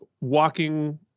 walking